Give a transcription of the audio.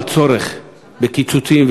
על צורך בקיצוצים,